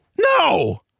No